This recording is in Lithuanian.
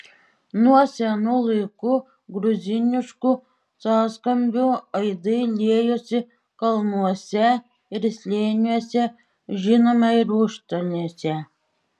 nuo senų laikų gruziniškų sąskambių aidai liejosi kalnuose ir slėniuose žinoma ir užstalėse